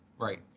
Right